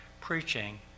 preaching